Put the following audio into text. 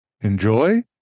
Enjoy